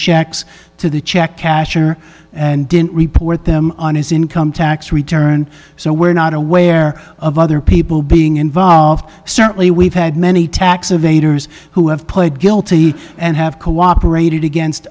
checks to the check casher and didn't report them on his income tax return so we're not aware of other people being involved certainly we've had many tax evaders who have pled guilty and have cooperated against